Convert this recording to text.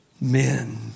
men